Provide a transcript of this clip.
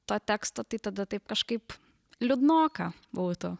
to teksto tai tada taip kažkaip liūdnoka būtų